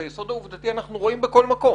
את היסוד העובדתי אנחנו רואים בכל מקום.